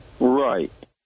Right